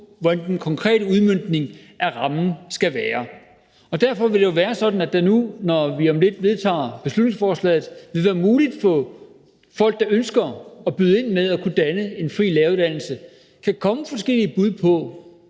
hvordan den konkrete udmøntning af rammen skal være. Derfor vil det være sådan, at det nu, når vi om lidt vedtager beslutningsforslaget, vil være muligt for folk, der ønsker at byde ind med at kunne danne en fri læreruddannelse, at komme med forskellige bud på,